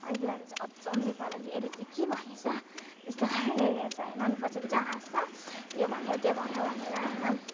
अनि के भन्छ अचम्मै पाराले यसले चाहिँ के भनेछ जस्तो गरेर हेर्छ होइन अनि पछाडि चाहिँ हाँस्छ यो भन्यो त्यो भन्यो भनेर होइन